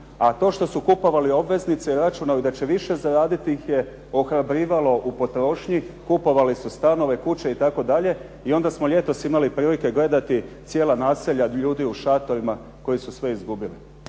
A to što su kupovali obveznice i računali da će više zaraditi ih je ohrabrivalo u potrošnji. Kupovali su stanove, kuće itd. i onda smo ljetos imali prilike gledati cijela naselja ljudi u šatorima koji su sve izgubili.